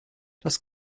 das